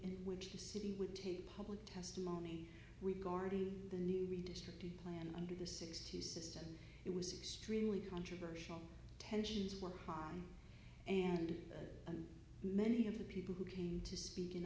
in which the city would take public testimony regarding the new redistricting plan under the six two system it was extremely controversial tensions were high and many of the people who came to speak in